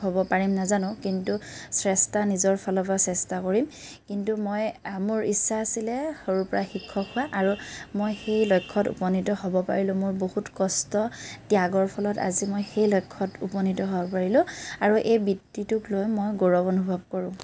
হ'ব পাৰিম নাজানো কিন্তু চেষ্টা নিজৰ ফালৰ পৰা চেষ্টা কৰিম কিন্তু মই মোৰ ইচ্ছা আছিল সৰুৰ পৰাই শিক্ষক হোৱা আৰু মই সেই লক্ষ্য়ত উপনীত হ'ব পাৰিলোঁ মোৰ বহুত কষ্ট ত্য়াগৰ ফলত আজি মই সেই লক্ষ্য়ত উপনীত হ'ব পাৰিলোঁ আৰু এই বৃত্তিটোক লৈ মই গৌৰৱ অনুভৱ কৰোঁ